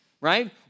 right